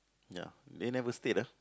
ya they never state ah